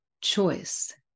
choice